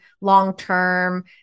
long-term